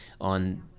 on